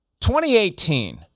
2018